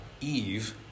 Eve